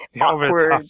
awkward